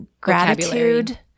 gratitude